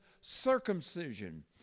circumcision